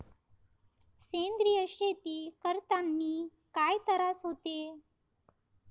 सेंद्रिय शेती करतांनी काय तरास होते?